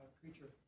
creature